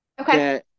Okay